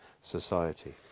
society